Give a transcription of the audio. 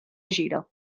gira